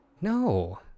No